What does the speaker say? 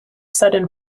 sudden